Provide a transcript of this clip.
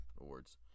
awards